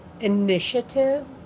initiative